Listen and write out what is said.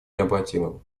необратимым